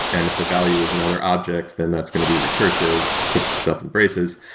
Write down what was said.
and if the value is another object then that's going to be recursive, puts itself in braces.